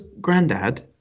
granddad